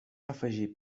afegir